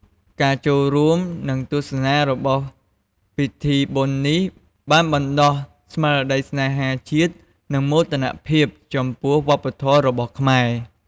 ការចូលរួម និងទស្សនារបស់ពិធីបុណ្យនេះ បានបណ្ដុះស្មារតីស្នេហាជាតិ និងមោទនភាពចំពោះវប្បធម៌របស់ខ្លួន។